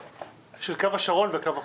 של קו השרון וקו החוף.